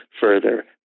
further